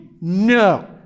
no